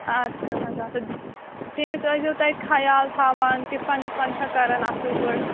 اَدٕ سا حظ اَدٕ سا تٔمِس ٲسۍزیو تَتہِ خیال تھاوان ٹِفَن وِفَن چھا کران اَصٕل پٲٹھۍ